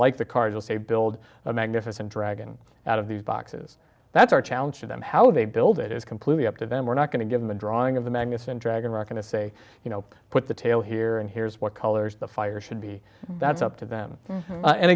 like the card will say build a magnificent dragon out of these boxes that's our challenge to them how they build it is completely up to them we're not going to give them a drawing of the magnificent dragon are going to say you know put the tail here and here's what colors the fire should be that's up to them and